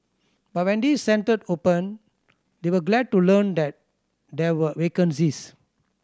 but when this centre opened they were glad to learn that there were vacancies